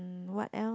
um what else